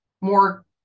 more